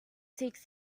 seeks